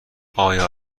آیا